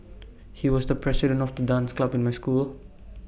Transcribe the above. he was the president of the dance club in my school